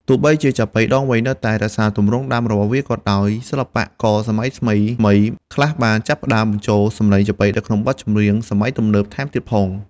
ទោះបីជាចាប៉ីដងវែងនៅតែរក្សាទម្រង់ដើមរបស់វាក៏ដោយ សិល្បករសម័យថ្មីៗខ្លះបានចាប់ផ្តើមបញ្ចូលសម្លេងចាប៉ីទៅក្នុងបទចម្រៀងសម័យទំនើបថែមទៀតផង។